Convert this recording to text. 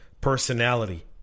personality